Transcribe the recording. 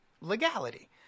legality